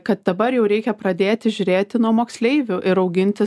kad dabar jau reikia pradėti žiūrėti nuo moksleivių ir augintis